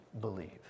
believe